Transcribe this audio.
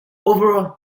overall